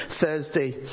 Thursday